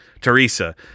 Teresa